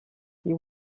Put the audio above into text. you